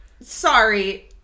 Sorry